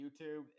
YouTube